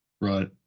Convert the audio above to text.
Right